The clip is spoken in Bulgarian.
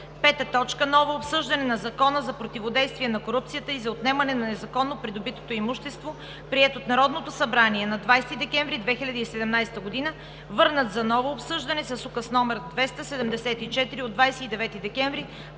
2017 г. 5. Ново обсъждане на Закона за противодействие на корупцията и за отнемане на незаконно придобитото имущество, приет от Народното събрание на 20 декември 2017 г., върнат за ново обсъждане с Указ № 274 от 29 декември